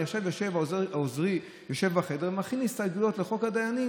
עכשיו עוזרי יושב בחדר ומכין הסתייגויות לחוק הדיינים,